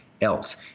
else